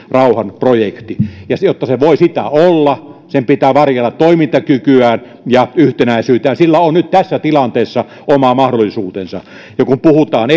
rauhanprojekti ja jotta se voi sitä olla sen pitää varjella toimintakykyään ja yhtenäisyyttään ja sillä on nyt tässä tilanteessa oma mahdollisuutensa ja kun puhutaan